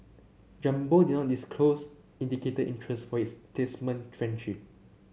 jumbo did not disclose indicated interest for its placement tranche